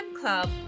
club